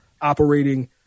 operating